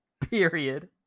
Period